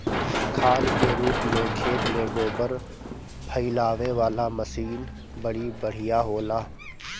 खाद के रूप में खेत में गोबर फइलावे वाला मशीन बड़ी बढ़िया होला